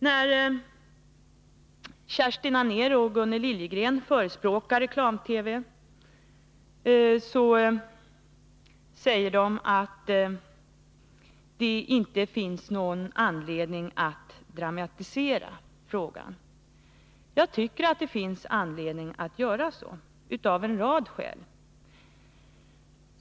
När Kerstin Anér och Gunnel Liljegren förespråkar reklam-TV, säger de att det inte finns någon anledning att dramatisera frågan. Jag tycker att det finns anledning att göra det — av en rad skäl.